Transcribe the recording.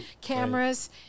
cameras